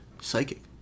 Psychic